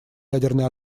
ядерный